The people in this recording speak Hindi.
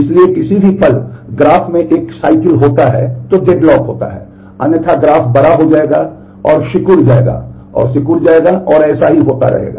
इसलिए यदि किसी भी पल में ग्राफ में एक चक्र होता है अन्यथा ग्राफ बड़ा हो जाएगा और सिकुड़ जाएगा और सिकुड़ जाएगा और ऐसा ही होता रहेगा